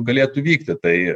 galėtų vykti tai